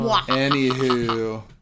anywho